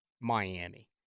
Miami